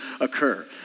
occur